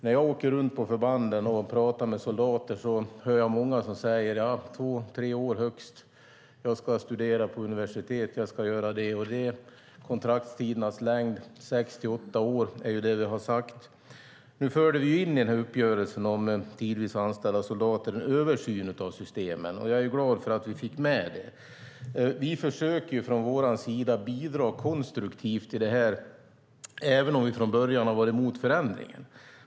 När jag åker runt på förbanden och pratar med soldater hör jag många som säger: Högst två tre år - jag ska studera på universitet, jag ska göra det och det. Men kontraktstiderna ska vara sex till åtta år, är det vi har sagt. Nu förde vi in en översyn av systemen i uppgörelsen om tidvis anställda soldater. Jag är glad för att vi fick med det. Vi försöker från vår sida att bidra konstruktivt, även om vi från början varit emot förändringen.